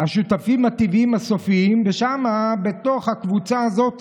השותפים הטבעיים הסופיים, ושם, בתוך הקבוצה הזאת,